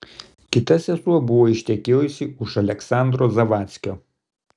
kita sesuo buvo ištekėjusi už aleksandro zavadckio